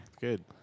Good